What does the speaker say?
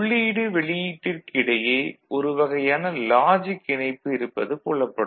உள்ளீடு வெளியீட்டிற்கு இடையே ஒரு வகையான லாஜிக் இணைப்பு இருப்பது புலப்படும்